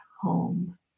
home